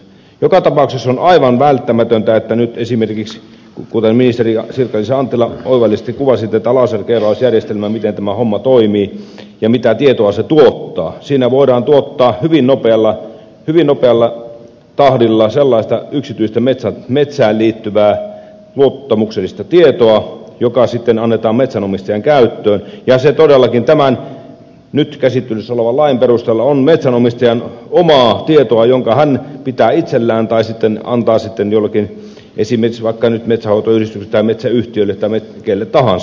joka tapauksessa on aivan välttämätöntä että nyt esimerkiksi kuten ministeri sirkka liisa anttila oivallisesti kuvasi tätä laserkeilausjärjestelmää miten tämä homma toimii ja mitä tietoa se tuottaa kun siinä voidaan tuottaa hyvin nopealla tahdilla sellaista yksityistä metsään liittyvää luottamuksellista tietoa joka sitten annetaan metsänomistajan käyttöön se todellakin tämän nyt käsittelyssä olevan lain perusteella on metsänomistajan omaa tietoa jonka hän pitää itsellään tai sitten antaa jollekin esimerkiksi vaikka nyt metsänhoitoyhdistykselle tai metsäyhtiölle tai kelle tahansa